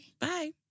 Bye